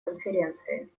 конференции